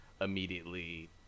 immediately